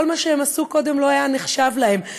כל מה שהן עשו קודם לא היה נחשב להן,